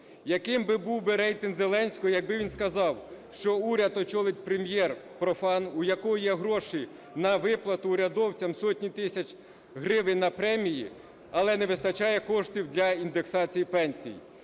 Яким би був рейтинг Зеленського якби він сказав, що уряд очолить Прем'єр-профан, у якого є гроші на виплату урядовцям сотні тисяч гривень на премії, але не вистачає коштів для індексації пенсій?